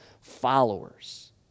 Followers